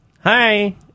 Hi